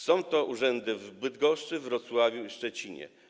Są to urzędy w Bydgoszczy, we Wrocławiu i w Szczecinie.